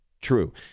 true